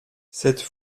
cette